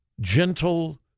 gentle